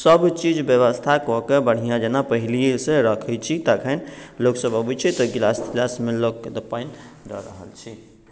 सब चीज व्यवस्था कऽ के बढ़िऑं जेना पहिलेए सॅं रखै छी तहन लोकसब अबै छै तऽ गिलास तिलास मे लऽ के पानि दऽ रहल छी